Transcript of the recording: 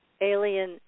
alien